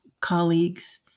colleagues